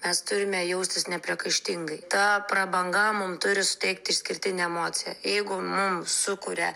mes turime jaustis nepriekaištingai ta prabanga mum turi suteikti išskirtinę emociją jeigu mums sukuria